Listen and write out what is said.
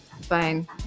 fine